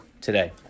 today